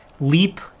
leap